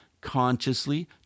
consciously